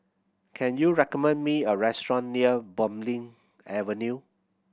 can you recommend me a restaurant near Bulim Avenue